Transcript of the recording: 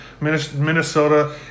Minnesota